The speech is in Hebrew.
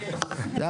(הישיבה נפסקה בשעה 15:22 ונתחדשה בשעה 17:23.) שלום,